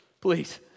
Please